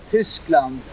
Tyskland